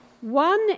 One